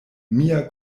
mia